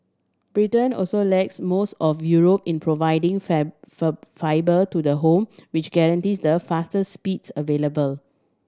Britain also lags most of Europe in providing fibre to the home which guarantees the fastest speeds available